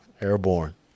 Airborne